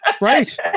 right